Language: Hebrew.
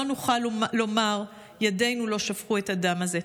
לא נוכל לומר: ידינו לא שפכו את הדם הזה.